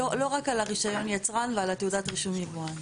רק על רישיון יצרן ועל תעודת רישום יבואן.